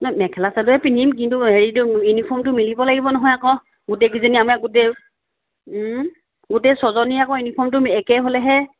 নাই মেখেলা চাদৰেই পিন্ধিম কিন্তু হেৰিটো ইউনিফৰ্মটো মিলিব লাগিব নহয় আকৌ গোটেইকেইজনী আমাৰ গোটেই গোটেই ছজনী আকৌ ইউনিফৰ্মটো একে হ'লেহে